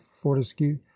fortescue